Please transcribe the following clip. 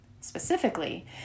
Specifically